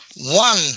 one